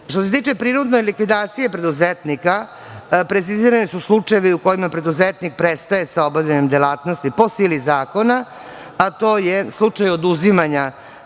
se tiče prinudne likvidacije preduzetnika, precizirani su slučajevi u kojima preduzetnik prestaje sa obavljanjem delatnosti po sili zakona, a to je slučaj oduzimanja,